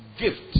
gift